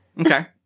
Okay